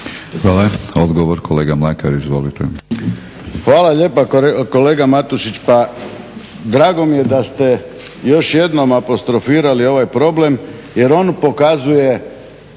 Hvala. Odgovor kolega Mlakar, izvolite. **Mlakar, Davorin (HDZ)** Hvala lijepa kolega Matušić. Pa drago mi je da ste još jednom apostrofirali ovaj problem jer on pokazuje